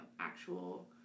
actual